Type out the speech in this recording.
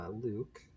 Luke